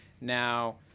Now